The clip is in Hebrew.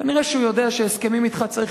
כנראה הוא יודע שבהסכמים אתך צריך